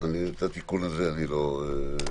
--- אני את התיקון הזה לא מאשר.